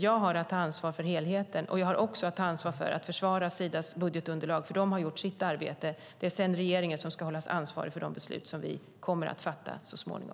Jag har att ta ansvar för helheten, och jag har också att ta ansvar för att försvara Sidas budgetunderlag som har gjort sitt arbete. Sedan är det regeringen som ska hållas ansvarig för de beslut som vi kommer att fatta så småningom.